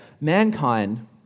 mankind